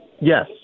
Yes